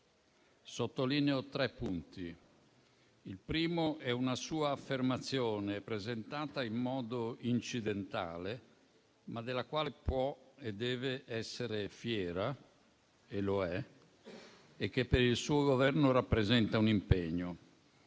Sottolineo tre punti. Il primo è una sua affermazione presentata in modo incidentale, ma della quale può e deve essere fiera - e lo è - e che per il suo Governo rappresenta un impegno.